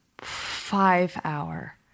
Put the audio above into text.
Five-hour